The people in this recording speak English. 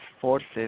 forces